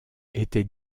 était